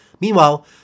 Meanwhile